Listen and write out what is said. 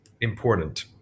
important